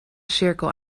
cirkel